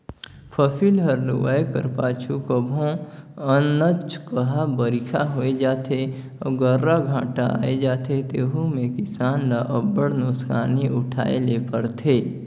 फसिल हर लुवाए कर पाछू कभों अनचकहा बरिखा होए जाथे अउ गर्रा घांटा आए जाथे तेहू में किसान ल अब्बड़ नोसकानी उठाए ले परथे